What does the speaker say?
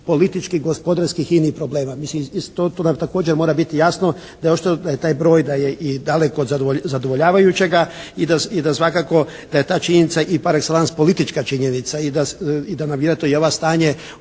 političkih i gospodarskih i inih problema. Mislim to nam također mora biti jasno da očito da je taj broj i daleko od zadovoljavajućega i da svakako da je ta činjenica i par exellance i politička činjenica i da vjerojatno ovo stanje,